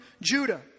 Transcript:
Judah